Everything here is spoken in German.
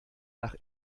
nach